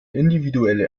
individuelle